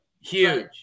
Huge